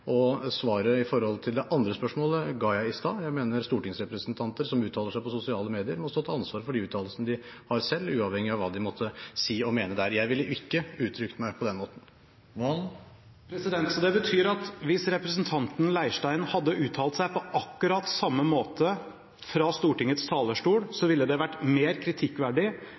det andre spørsmålet ga jeg i sted: Jeg mener stortingsrepresentanter som uttaler seg på sosiale medier, selv må stå til ansvar for de uttalelsene de har, uavhengig av hva de måtte si og mene der. Jeg ville ikke uttrykt meg på den måten. Det betyr at hvis representanten Leirstein hadde uttalt seg på akkurat samme måte fra Stortingets talerstol,